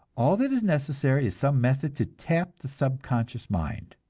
all that is necessary is some method to tap the subconscious mind.